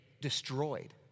destroyed